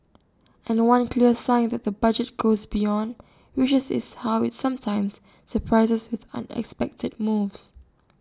and one clear sign that the budget goes beyond wishes is how IT sometimes surprises with unexpected moves